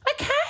okay